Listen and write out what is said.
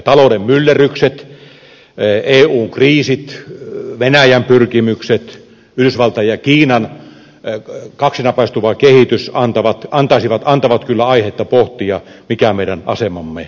talouden myllerrykset eun kriisit venäjän pyrkimykset sekä yhdysvaltain ja kiinan kaksinapaistuva kehitys antavat kyllä aihetta pohtia mikä meidän asemamme on